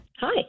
Hi